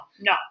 no